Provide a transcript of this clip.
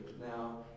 Now